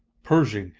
pershing,